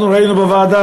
אנחנו ראינו בוועדה,